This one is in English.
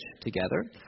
together